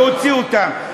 להוציא אותם.